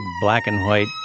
black-and-white